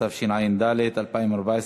התשע"ד 2014,